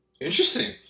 interesting